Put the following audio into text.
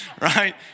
right